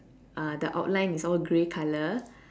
ah the outline is all grey colour